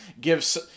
gives